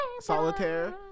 Solitaire